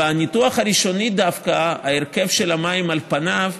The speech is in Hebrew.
בניתוח הראשוני, דווקא ההרכב של המים, על פניו,